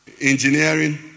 Engineering